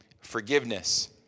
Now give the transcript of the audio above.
forgiveness